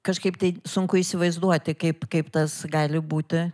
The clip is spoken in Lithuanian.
kažkaip tai sunku įsivaizduoti kaip kaip tas gali būti